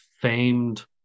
famed